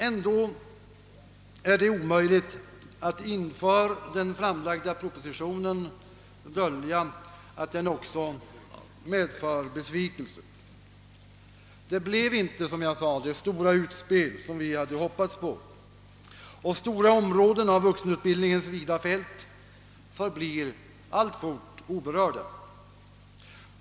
Ändå är det omöjligt att dölja att den framlagda propositionen också medför besvikelse. Det blev inte, som jag sade, det stora utspel som vi hade hoppats på, och stora områden av vuxenutbildningens vida fält förblir alltfort orörda.